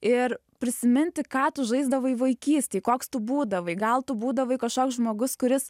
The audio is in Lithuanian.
ir prisiminti ką tu žaisdavai vaikystėj koks tu būdavai gal tu būdavai kažkoks žmogus kuris